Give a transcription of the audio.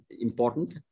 important